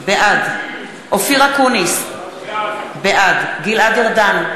בעד אופיר אקוניס, בעד גלעד ארדן,